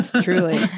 Truly